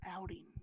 outing